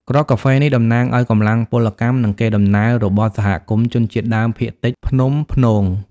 គ្រាប់កាហ្វេនេះតំណាងឱ្យកម្លាំងពលកម្ម និងកេរដំណែលរបស់សហគមន៍ជនជាតិដើមភាគតិចភ្នំព្នង។